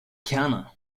kerne